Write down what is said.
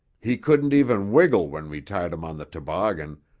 he couldn't even wiggle when we tied him on the toboggan,